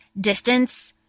distance